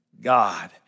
God